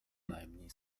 najmniej